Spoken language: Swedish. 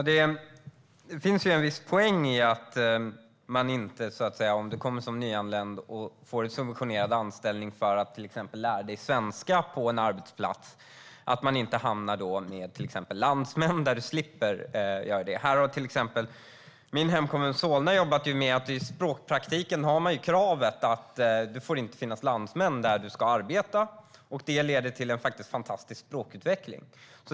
Herr talman! Om du kommer som nyanländ och får en subventionerad anställning för att lära dig svenska på en arbetsplats är det en poäng att inte hamna tillsammans med landsmän. Min hemkommun Solna har kravet i språkpraktiken att det inte får finnas landsmän där du ska arbeta. Det leder till en fantastisk språkutveckling.